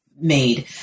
made